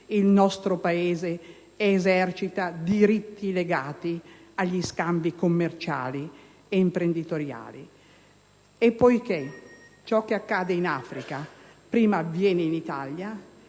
il nostro Stato esercita diritti legati agli scambi commerciali ed imprenditoriali. E poiché ciò che accade in Africa prima avviene in Italia,